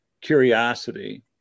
curiosity